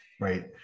right